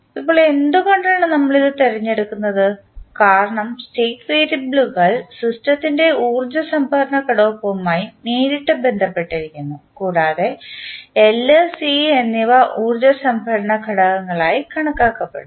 ഇപ്പോൾ എന്തുകൊണ്ടാണ് നമ്മൾ ഇത് തിരഞ്ഞെടുക്കുന്നത് കാരണം സ്റ്റേറ്റ് വേരിയബിളുകൾ സിസ്റ്റത്തിൻറെ ഊർജ്ജ സംഭരണ ഘടകവുമായി നേരിട്ട് ബന്ധപ്പെട്ടിരിക്കുന്നു കൂടാതെ എൽ സി എന്നിവ ഊർജ്ജ സംഭരണ ഘടകങ്ങളായി കണക്കാക്കപ്പെടുന്നു